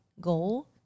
goal